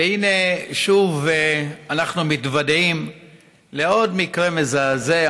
הינה שוב אנחנו מתוודעים לעוד מקרה מזעזע